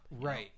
right